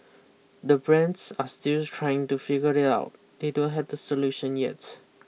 the brands are still trying to figure it out they don't have the solution yet